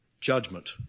judgment